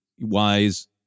wise